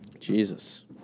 Jesus